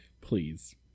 Please